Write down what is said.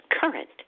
current